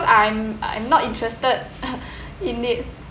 I'm I'm not interested in it